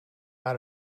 out